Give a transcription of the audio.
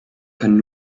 können